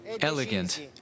elegant